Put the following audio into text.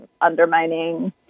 undermining